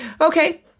okay